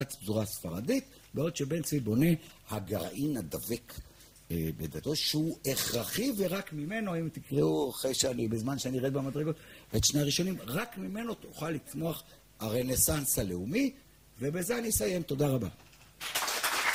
הפזורה הספרדית, בעוד שבן צבי בונה הגרעין הדבק בדתו, שהוא הכרחי ורק ממנו האם תקראו אחרי שאני, בזמן שאני ארד במדרגות את שני הראשונים, רק ממנו תוכל לצמוח הרנסנס הלאומי ובזה אני אסיים, תודה רבה